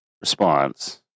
response